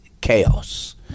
chaos